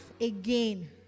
again